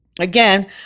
again